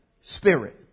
spirit